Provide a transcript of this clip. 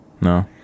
No